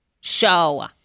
show